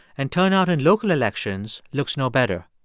and turnout in local elections looks no better.